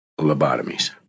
lobotomies